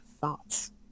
thoughts